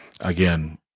again